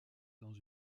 dans